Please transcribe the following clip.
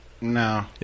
No